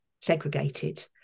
segregated